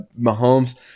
Mahomes